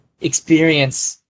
experience